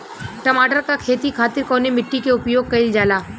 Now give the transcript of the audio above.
टमाटर क खेती खातिर कवने मिट्टी के उपयोग कइलजाला?